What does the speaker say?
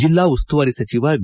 ಜಿಲ್ಲಾ ಉಸ್ತುವಾರಿ ಸಚಿವ ವಿ